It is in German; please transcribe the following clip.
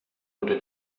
wurde